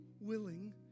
willing